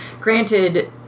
Granted